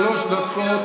שלוש דקות.